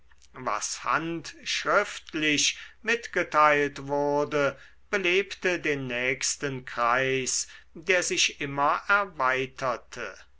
was handschriftlich mitgeteilt wurde belebte den nächsten kreis der sich immer erweiterte